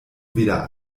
weder